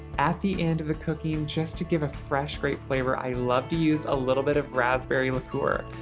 at the end of the cooking, just to give a fresh great flavor, i love to use a little bit of raspberry liqueur.